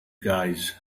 guys